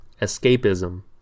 escapism